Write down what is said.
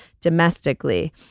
domestically